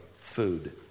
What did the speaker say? food